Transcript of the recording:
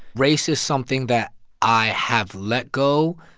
race is something that i have let go.